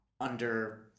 under-